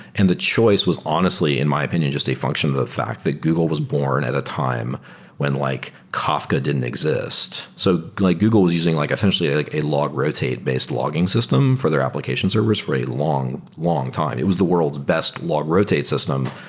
and the choice was honestly in my opinion just a function of the fact that google was born at a time when like kafka didn't exist. so like google was using like, essentially, like a log rotate-based logging system for their application servers for a long, long time. it was the world's best log rotate system,